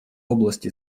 области